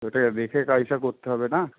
ওটাই দেখে কাজটা করতে হবে না